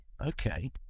Okay